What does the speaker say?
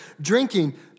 drinking